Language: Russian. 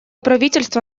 правительство